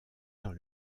dans